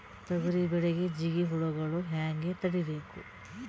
ತೊಗರಿ ಬೆಳೆಗೆ ಜಿಗಿ ಹುಳುಗಳು ಹ್ಯಾಂಗ್ ತಡೀಬೇಕು?